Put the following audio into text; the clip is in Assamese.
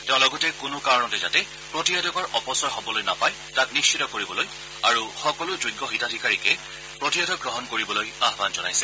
তেওঁ লগতে কোনো কাৰণতে যাতে প্ৰতিষেধকৰ অপচয় হ'বলৈ নাপায় তাক নিশ্চিত কৰিবলৈ আৰু সকলো যোগ্য হিতাধিকাৰীকে প্ৰতিষেধক গ্ৰহণ কৰিবলৈ আহান জনাইছে